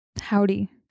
Howdy